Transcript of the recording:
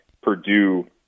Purdue